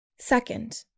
Second